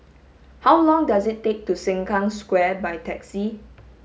how long does it take to Sengkang Square by taxi